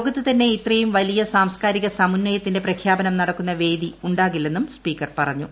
ലോകത്ത് തന്നെ ഇത്രയും വലിയ സാംസ്കാരിക സമുന്നയത്തിന്റെ പ്രഖ്യാപനം നടക്കുന്ന വേദി ഉണ്ടാകില്ലെന്നും സ്പീക്കർ പറഞ്ഞു